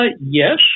Yes